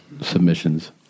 submissions